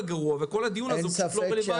גרוע וכל הדיון הזה הוא פשוט לא רלוונטי.